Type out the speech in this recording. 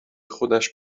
خودش